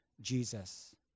Jesus